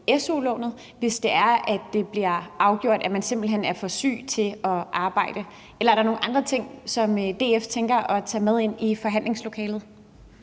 su-lånet, hvis det bliver afgjort, at man simpelt hen er for syg til at arbejde? Eller er der nogle andre ting, som DF tænker at tage med ind i forhandlingslokalet?